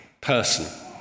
person